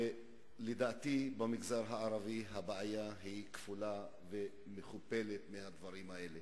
ולדעתי במגזר הערבי הבעיה היא כפולה ומכופלת בדברים האלה.